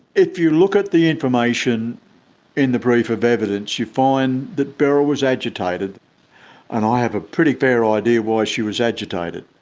if you look at the information in the brief of evidence you find that beryl was agitated and i have a pretty fair idea why she was agitated.